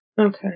Okay